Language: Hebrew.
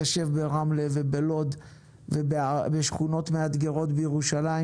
ברמלה, בלוד ובשכונות מאתגרות בירושלים